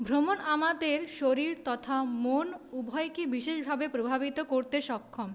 ভ্রমণ আমাদের শরীর তথা মন উভয়কে বিশেষভাবে প্রভাবিত করতে সক্ষম